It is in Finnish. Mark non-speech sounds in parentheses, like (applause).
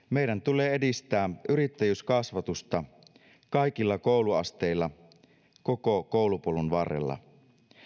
(unintelligible) meidän tulee edistää yrittäjyyskasvatusta kaikilla kouluasteilla koko koulupolun varrella